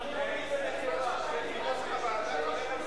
אדוני היושב-ראש, אנחנו מסירים, לא צריך,